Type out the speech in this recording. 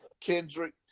Kendrick